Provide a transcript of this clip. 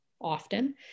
often